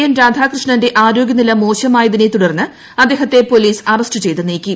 N രാധാകൃഷ്ണന്റെ ആരോഗ്യനില മോശമായതിനെ തുടർന്ന് അദ്ദേഹത്തെ പോലീസ് അറസ്റ്റ് ചെയ്ത് നീക്കി